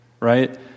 right